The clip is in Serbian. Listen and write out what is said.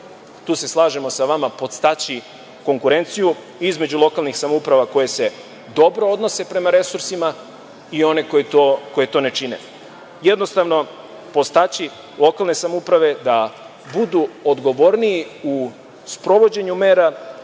tu se slažemo sa vama, podstaći konkurenciju između lokalnih samouprava koje se dobro odnose prema resursima i one koji to ne čine. Jednostavno podstaći lokalne samouprave da budu odgovorniji u sprovođenju mera